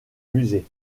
musée